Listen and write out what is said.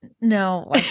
No